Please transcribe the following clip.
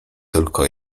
tylko